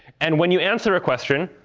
and when you answer a question,